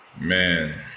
Man